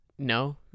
No